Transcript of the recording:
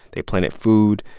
they planted food,